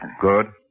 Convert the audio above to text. Good